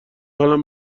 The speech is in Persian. حالم